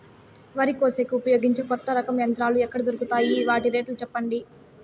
వరి కోసేకి ఉపయోగించే కొత్త రకం యంత్రాలు ఎక్కడ దొరుకుతాయి తాయి? వాటి రేట్లు చెప్పండి?